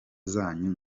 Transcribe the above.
zanyu